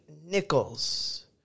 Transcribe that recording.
Nichols